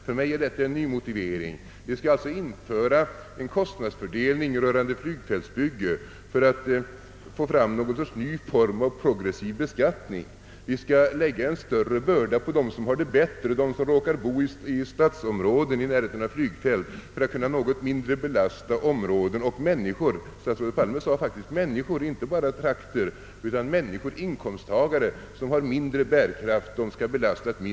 För mig är detta en ny motivering. Vi skall alltså införa en kostnadsfördelning vid flygfältsbygge för att få någon ny form av progressiv beskattning. Vi skall lägga en större börda på dem som har det bättre och råkar bo i storstadsområden i närheten av flygfält för att något mindre belasta områden och människor — statsrådet Palme sade faktiskt människor, inte bara trakter — som har mindre bär kraft.